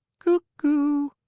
cuck oo!